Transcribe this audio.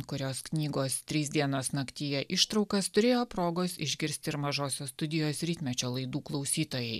kurios knygos trys dienos naktyje ištraukas turėjo progos išgirsti ir mažosios studijos rytmečio laidų klausytojai